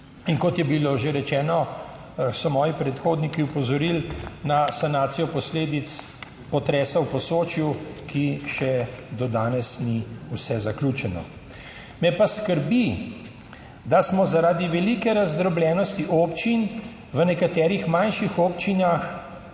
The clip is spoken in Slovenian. In kot je bilo že rečeno, so moji predhodniki opozorili na sanacijo posledic potresa v Posočju, ki še do danes ni vse zaključeno. Me pa skrbi, da smo, zaradi velike razdrobljenosti občin v nekaterih manjših občinah